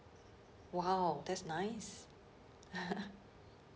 !wow! that's nice